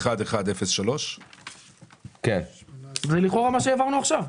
1-81103. לכאורה זה מה שהעברנו עכשיו.